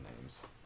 names